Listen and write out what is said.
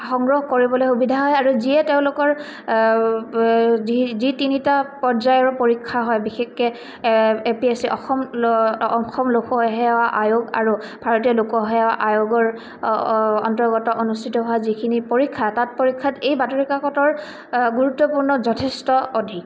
সংগ্ৰহ কৰিবলৈ সুবিধা হয় আৰু যিয়ে তেওঁলোকৰ যি যি তিনিটা পৰ্যায়ৰ পৰীক্ষা হয় বিশেষকে A P S C Assam Assam লোকসেৱা আয়োগ আৰু ভাৰতীয় লোকসেৱা আয়োগৰ অন্তৰ্গত অনুষ্ঠিত হোৱা যিখিনি পৰীক্ষা তাত পৰীক্ষাত এই বাতৰিকাকতৰ গুৰুত্বপূৰ্ণ যথেষ্ট অধিক